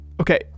Okay